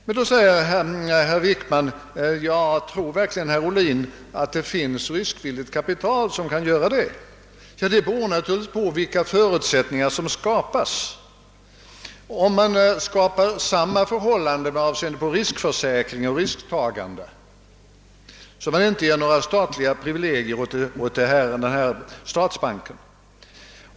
Men då säger herr Wickman: Tror verkligen herr Ohlin att det finns riskvilligt kapital i den omfattningen? Det beror naturligtvis på vilka förutsättningar som skapas och på om man ger de olika instituten samma villkor med avseende på riskförsäkring och risktagande och inte ger några privilegier åt statsbanken.